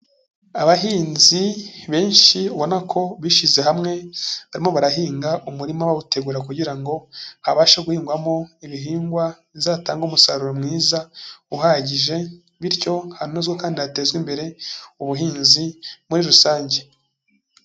Abahinzi benshi ubona ko bishyize hamwe, barimo barahinga umurima bawutegura kugira ngo, habashe guhingwamo ibihingwa, bizatange umusaruro mwiza uhagije, bityo hanozwe kandi hatezwe imbere, ubuhinzi muri rusange.